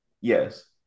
yes